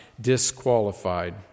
disqualified